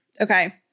Okay